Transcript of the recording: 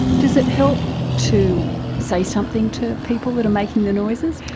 does it help to say something to people that are making the noises?